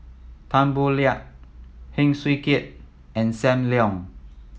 Tan Boo Liat Heng Swee Keat and Sam Leong